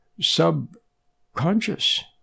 subconscious